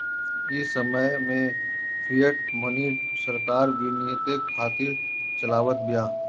इ समय में फ़िएट मनी सरकार विनिमय खातिर चलावत बिया